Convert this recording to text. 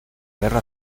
guerra